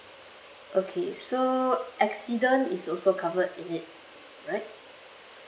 okay so accident is also covered in it right